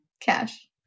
cash